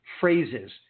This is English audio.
phrases